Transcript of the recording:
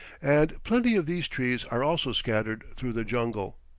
and plenty of these trees are also scattered through the jungle.